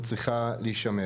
צריכה להישמר.